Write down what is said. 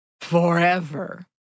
forever